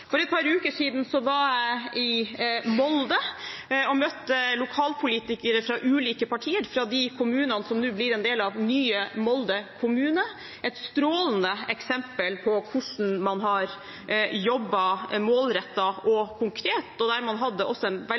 For et par uker siden var jeg i Molde og møtte lokalpolitikere fra ulike partier fra de kommunene som nå blir en del av nye Molde kommune – et strålende eksempel på hvordan man har jobbet målrettet og konkret, og der man også hadde en